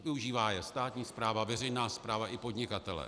Využívá je státní správa, veřejná správa i podnikatelé.